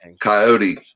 Coyote